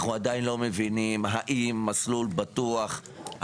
אנחנו עדיין לא מבינים האם ׳מסלול בטוח׳,